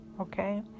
Okay